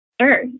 Sure